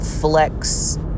flex